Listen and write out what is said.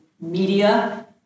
media